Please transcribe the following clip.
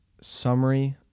summary